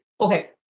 Okay